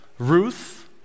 Ruth